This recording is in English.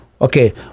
Okay